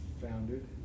founded